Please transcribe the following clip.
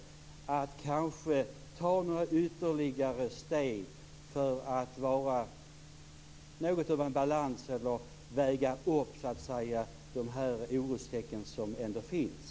Kanske skall man ta några ytterligare steg för att få något av en balans eller väga upp de orostecken som ändå finns.